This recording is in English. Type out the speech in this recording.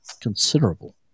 considerable